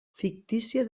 fictícia